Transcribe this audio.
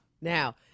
Now